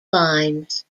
lines